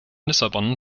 lissabon